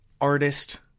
artist